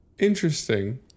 Interesting